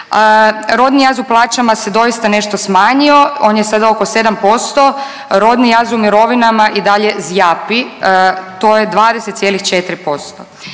Rodni jaz u plaćama se doista nešto smanjio, on je sad oko 7%. Rodni jaz u mirovinama i dalje zjapi to je 20,4%.